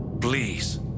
please